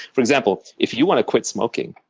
for example, if you want to quit smoking,